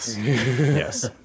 yes